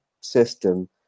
system